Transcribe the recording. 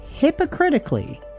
hypocritically